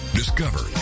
discover